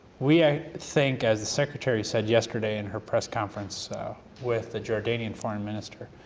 we ah think, as the secretary said yesterday in her press conference with the jordanian foreign minister,